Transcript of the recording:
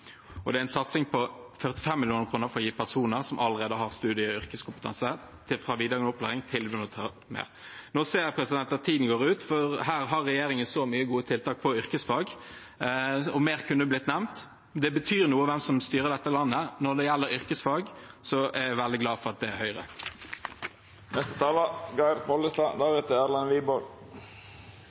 og det er en satsing på 45 mill. kr for å gi personer som allerede har studie- og yrkeskompetanse fra videregående opplæring, tilbud om å ta mer. Nå ser jeg at tiden går ut, for her har regjeringen så mange gode tiltak for yrkesfag – og mer kunne blitt nevnt. Det betyr noe hvem som styrer dette landet. Når det gjelder yrkesfag, er jeg veldig glad for at det er